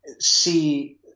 see